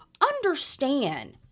Understand